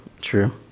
True